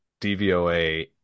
DVOA